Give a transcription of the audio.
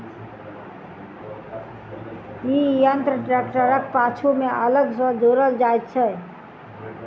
ई यंत्र ट्रेक्टरक पाछू मे अलग सॅ जोड़ल जाइत छै